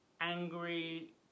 angry